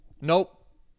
Nope